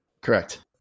Correct